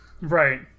Right